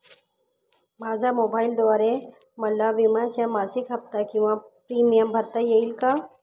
माझ्या मोबाईलद्वारे मला विम्याचा मासिक हफ्ता किंवा प्रीमियम भरता येईल का?